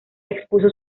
expuso